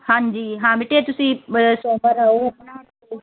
ਹਾਂਜੀ ਹਾਂ ਬੇਟੇ ਤੁਸੀਂ ਸੋਮਵਾਰ ਆਓ ਆਪਣਾ